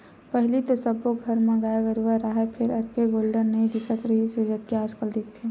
पहिली तो सब्बो घर म गाय गरूवा राहय फेर अतेक गोल्लर नइ दिखत रिहिस हे जतेक आजकल दिखथे